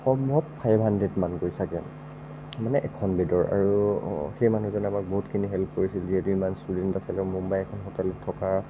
সম্ভৱ ফাইভ হান্ড্ৰেদমান পইচাকে মানে এখন বেডৰ আৰু সেই মানুহজনে আমাক বহুতখিনি হেল্প কৰিছিল যিহেতু ইমান ষ্টুডেন্ট আছিলে মুম্বাইত এখন হোটেলত থকা